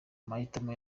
amahitamo